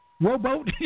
rowboat